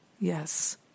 yes